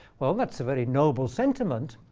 well, that's a very noble sentiment.